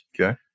Okay